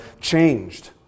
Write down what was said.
changed